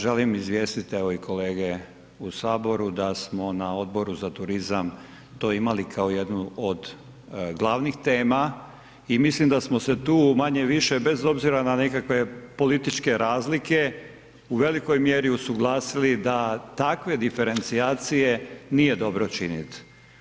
Želim izvijestiti evo i kolege u Saboru da smo na Odboru za turizam to imali kao jednu od glavnih tema i mislim da smo se tu manje-više bez obzira na nekakve političke razlike u velikoj mjeri usuglasili da takve diferencijacije nije dobro činiti.